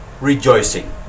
rejoicing